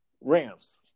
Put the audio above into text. Rams